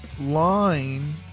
line